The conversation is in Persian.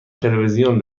تلویزیون